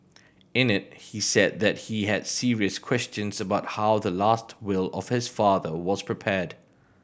in it he said that he had serious questions about how the last will of his father was prepared